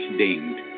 dinged